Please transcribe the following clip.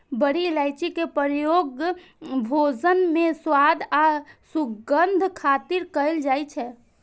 बड़ी इलायची के प्रयोग भोजन मे स्वाद आ सुगंध खातिर कैल जाइ छै